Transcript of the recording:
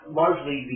largely